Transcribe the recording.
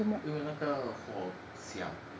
因为那个火小